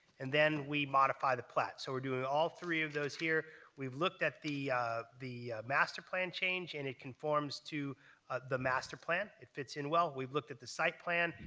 and then we modify the plat, so we're doing all three of those here. we've looked at the the master plan change, and it conforms to the master plan. it fits in well. we've looked at the site plan.